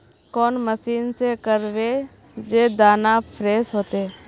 कौन मशीन से करबे जे दाना फ्रेस होते?